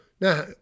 Now